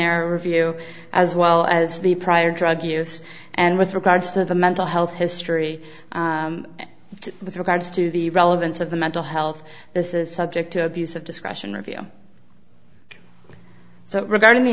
air review as well as the prior drug use and with regards to the mental health history with regards to the relevance of the mental health this is subject to abuse of discretion review so regarding the